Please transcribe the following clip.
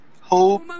hope